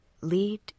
Lead